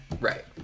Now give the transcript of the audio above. Right